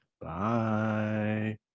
bye